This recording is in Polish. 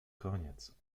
koniec